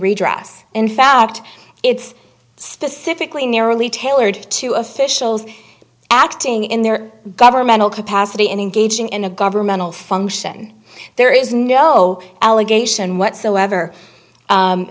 redress in fact it's specifically narrowly tailored to officials acting in their governmental capacity and engaging in a governmental function there is no allegation whatsoever